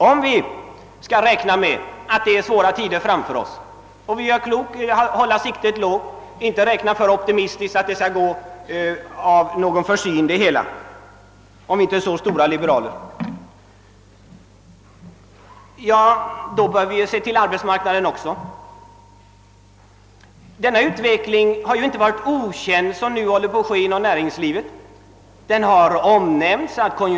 Om vi skall räkna med svåra tider framöver — och vi gör klokt i att hålla siktet lågt och inte optimistiskt förlita oss på att det hela skall ordna sig med försynens hjälp — bör vi också ta hänsyn till förhållandena på arbetsmarknaden. Den utveckling som nu håller på att äga rum inom näringslivet har ju inte varit okänd.